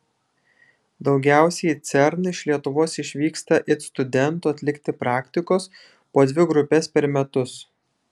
daugiausiai į cern iš lietuvos išvyksta it studentų atlikti praktikos po dvi grupes per metus